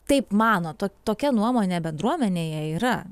taip mano to tokia nuomonė bendruomenėje yra